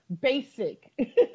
basic